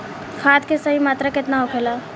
खाद्य के सही मात्रा केतना होखेला?